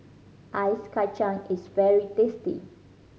ice kacang is very tasty